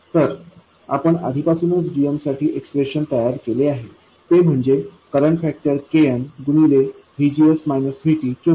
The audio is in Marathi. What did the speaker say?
तर आपण आधीपासूनच gmसाठी एक्सप्रेशन तयार केले आहेते म्हणजे करंट फॅक्टर Kn गुणिले किंवा